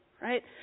right